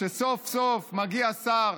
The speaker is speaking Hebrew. כשסוף-סוף מגיע שר